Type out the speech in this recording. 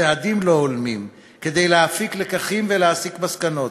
מצעדים לא הולמים, כדי להפיק לקחים ולהסיק מסקנות.